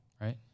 right